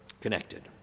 connected